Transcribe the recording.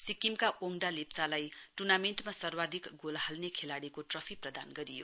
सिक्किमका ओङडा लेप्चालाई टुर्नामेन्टमा सर्वाधिक गोल हाल्ने खेलाडीको ट्रफी प्रदान गरियो